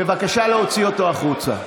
בבקשה להוציא אותו החוצה.